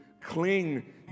Cling